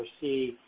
see